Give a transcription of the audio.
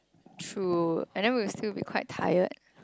true and then we will still be quite tired